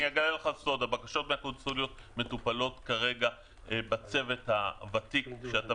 הבקשות מהקונסוליות מטופלות כרגע בצוות הוותיק שאתה